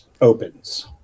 opens